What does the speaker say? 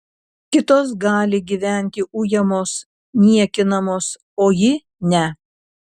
kitos gali gyventi ujamos niekinamos o ji ne